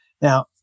Now